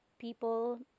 people